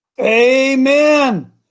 Amen